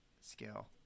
scale